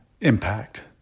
impact